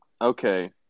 Okay